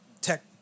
Tech